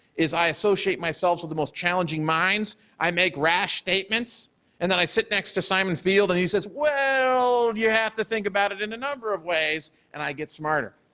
is i associate myself to the most challenging minds. i make rash statements and then i sit next to simon field and he says, well, you have to think about it in a number of ways, and i get smarter.